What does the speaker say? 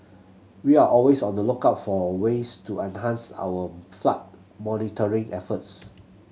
we are always on the lookout for ways to enhance our flood monitoring efforts